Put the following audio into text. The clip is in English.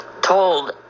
told